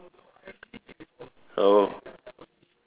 oh